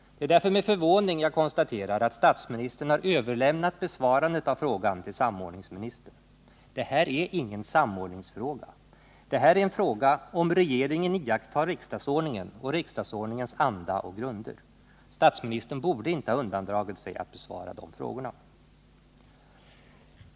Det är därför med förvåning jag konstaterar att statsministern överlämnat besvarandet av frågorna till samordningsministern. Detta är inga samordningsfrågor. Frågorna gäller om regeringen iakttar riksdagsordningen och arbetar i enlighet med riksdagsordningens anda och grunder. Statsministern borde inte ha undandragit sig besvarandet av dessa frågor.